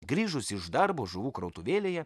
grįžusi iš darbo žuvų krautuvėlėje